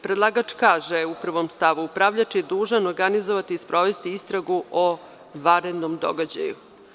Predlagač kaže u prvog stavu -predlagač je dužan organizovati, sprovesti istragu o vanrednom događaju.